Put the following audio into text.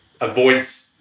avoids